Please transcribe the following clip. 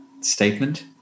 statement